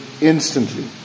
instantly